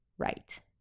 Right